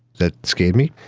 that scared me.